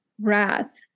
Wrath